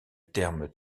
terme